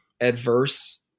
adverse